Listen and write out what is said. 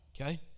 Okay